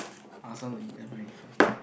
I also want to eat the 白米粉